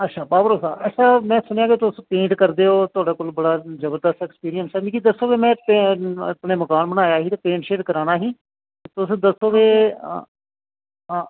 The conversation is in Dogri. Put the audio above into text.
अच्छा पॉवर हाऊस दा अच्छा में सुनेआ तुस पेंट करदे ओ थुआढ़े कोल जबरदस्त एक्सपीरियंस ऐ ते मिगी दस्सो की में मकान बनाया ही ते पेंट कराना ही तुस दस्सो कि